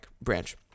branch